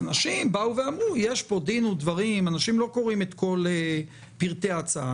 אנשים לא קוראים את כל פרטי ההצעה.